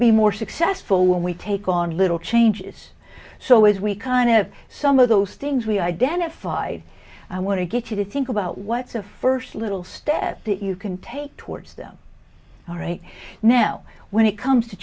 be more successful when we take on little changes so if we kind of some of those things we identified i want to get you to think about what's a first little step that you can take towards them all right now when it comes to